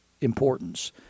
importance